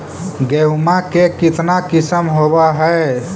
गेहूमा के कितना किसम होबै है?